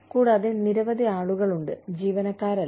കൂടാതെ നിരവധി ആളുകളുണ്ട് ജീവനക്കാരല്ല